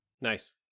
Nice